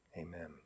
Amen